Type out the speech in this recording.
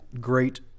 great